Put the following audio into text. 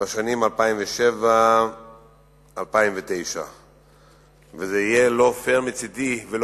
בשנים 2007 2009. זה יהיה לא פייר מצדי ולא